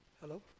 Hello